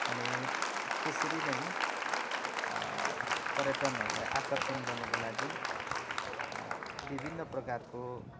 अनि त्यसरी नै पर्यटनहरूलाई आकर्षण गर्नुको लागि विभिन्न प्रकारको